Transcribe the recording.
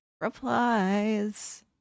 Replies